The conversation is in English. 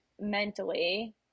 mentally